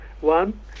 One